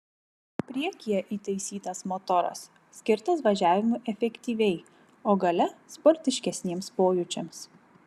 priekyje įtaisytas motoras skirtas važiavimui efektyviai o gale sportiškesniems pojūčiams